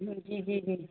जी जी जी